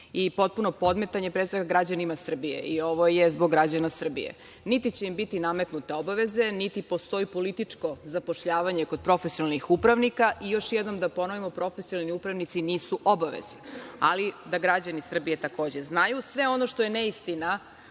i potpuno podmetanje, pre svega, građanima Srbije. I ovo je zbog građana Srbije. Niti će im biti nametnute obaveze, niti postoji političko zapošljavanje kod profesionalnih upravnika. Još jednom da ponovimo, profesionalni upravnici nisu obaveza, ali, da građani Srbije takođe znaju, sve ono što je neistina